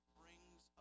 brings